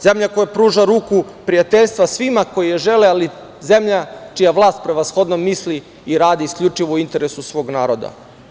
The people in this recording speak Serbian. Zemlja koja pruža ruku prijateljstva svima koji je žele, ali zemlja čija vlast prevashodno misli i radi isključivo u interesu svog naroda.